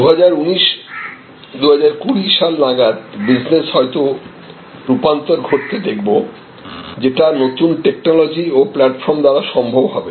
2019 2020 সাল নাগাদ বিজনেস হয়তো রূপান্তর ঘটতে দেখব যেটা নতুন টেকনোলজি ও প্লাটফর্ম দ্বারা সম্ভব হবে